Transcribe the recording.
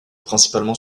principalement